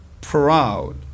proud